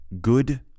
good